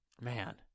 man –